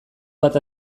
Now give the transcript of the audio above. bat